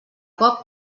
cop